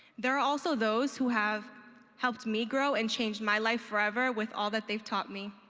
there are also those who have helped me grow and change my life forever with all that they've taught me.